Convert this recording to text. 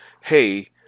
Hey